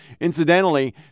Incidentally